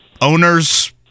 owners